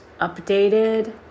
updated